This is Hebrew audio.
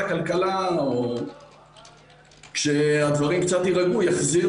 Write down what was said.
הכלכלה או כשהדברים קצת יירגעו יחזיר,